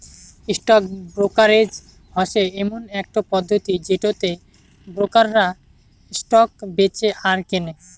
stock brokerage হসে এমন একটো পদ্ধতি যেটোতে ব্রোকাররা স্টক বেঁচে আর কেনে